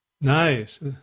Nice